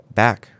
back